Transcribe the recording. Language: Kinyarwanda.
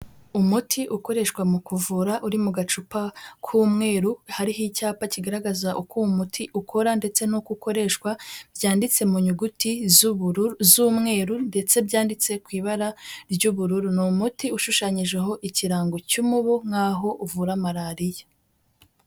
Umuti ukoreshwa mu kuvura uri mu gacupa k'umweru, hariho icyapa kigaragaza uko uwo muti ukora ndetse n'uko ukoreshwa byanditse mu nyuguti z'ubururu z'umweru ndetse byanditse mu ibara ry'ubururu. Ni umuti ushushanyijeho ikirango cy'umubu nkaho uvura Malariya.